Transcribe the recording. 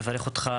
אני מברך אותך,